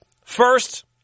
First